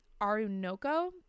Arunoko